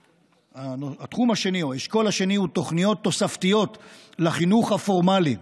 2. התחום השני או האשכול השני הוא תוכניות תוספתיות לחינוך הפורמלי,